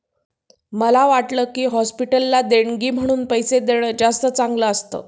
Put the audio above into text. मला वाटतं की, हॉस्पिटलला देणगी म्हणून पैसे देणं जास्त चांगलं असतं